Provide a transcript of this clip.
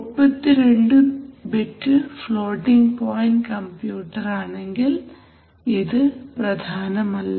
32 bit floating point computer ആണെങ്കിൽ ഇത് പ്രധാനമല്ല